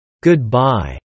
Goodbye